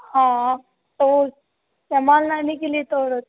हाँ ओ सामान लाने के लिए थोड़ा